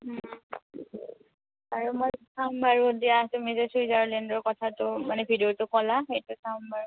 আৰু মই চাম বাৰু দিয়া তুমি যে ছুইজাৰলেণ্ডৰ কথাটো মানে ভিডিঅ'টো ক'লা সেইটো চাম বাৰু